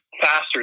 faster